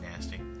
nasty